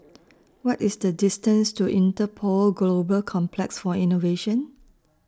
What IS The distance to Interpol Global Complex For Innovation